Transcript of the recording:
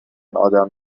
آدم